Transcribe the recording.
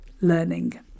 learning